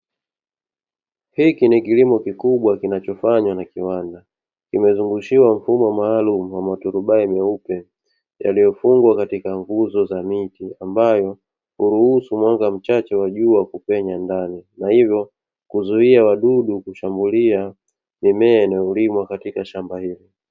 Hiki ni kilimo kikubwa kinachofannywa na kiwanda. Kimezungushiwa mfumo maalumu wa turubai nyeupe yaliyofungwa katika nguzo za miti ambayo huruhusu mwanga mchache wa jua kupenya ndani, na hivyo kuzuia wadudu kushambulia mimea inayolimwa katika shamba hilo.